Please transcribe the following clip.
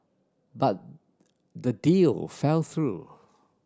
but the deal fell through